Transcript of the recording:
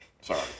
Sorry